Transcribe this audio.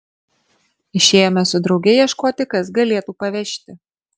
išėjome su drauge ieškoti kas galėtų pavežti